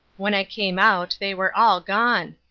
when i came out they were all gone.